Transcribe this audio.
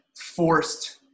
forced